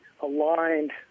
aligned